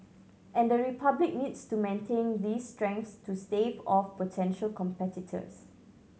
and the Republic needs to maintain these strengths to stave off potential competitors